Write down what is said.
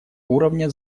уровня